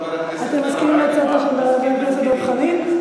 אתם מסכימים להצעתו של חבר הכנסת דב חנין?